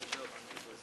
ההצעה להעביר את